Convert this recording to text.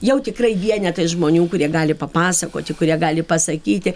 jau tikrai vienetai žmonių kurie gali papasakoti kurie gali pasakyti